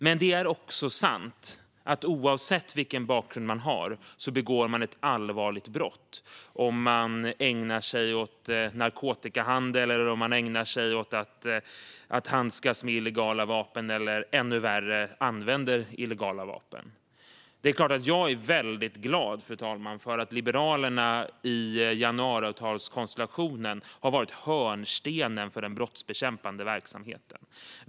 Men det är också sant att oavsett vilken bakgrund man har begår man ett allvarligt brott om man ägnar sig åt narkotikahandel, handskas med illegala vapen eller, ännu värre, använder illegala vapen. Jag är väldigt glad, fru talman, för att Liberalerna i januariavtalskonstellationen har varit hörnstenen för den brottsbekämpande verksamheten.